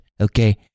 Okay